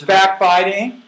backbiting